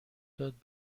داد